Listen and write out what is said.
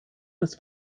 des